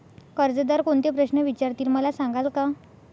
कर्जदार कोणते प्रश्न विचारतील, मला सांगाल का?